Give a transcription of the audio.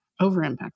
over-impacting